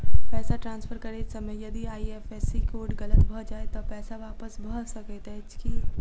पैसा ट्रान्सफर करैत समय यदि आई.एफ.एस.सी कोड गलत भऽ जाय तऽ पैसा वापस भऽ सकैत अछि की?